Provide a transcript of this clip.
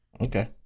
Okay